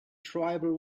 tribal